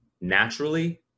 naturally